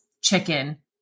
chicken